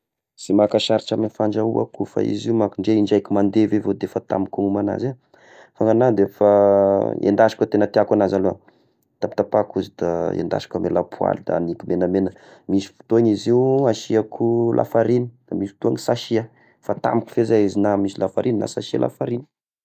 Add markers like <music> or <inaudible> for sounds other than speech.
<noise> Sy maka sarotry amy fandrahoa akoho ah fa izy manko ndraiky mandevy avao defa tamiko a homagnazy eh, fa ny agna defa endasiko tegna tiako agnazy aloha, tapatapahiko izy da endasiko amy lapoaly da amiko megnamegnaka, misy fotoagna izy io asiako lafaragna de misy fotoagna sy asià, fa tamiko fezay izy na misy lafaragny na sy asia lafaragny. <noise>